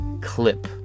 clip